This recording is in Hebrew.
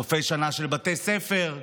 סופי שנה של בתי ספר,